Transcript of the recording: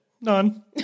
None